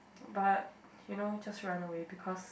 but you know just run away because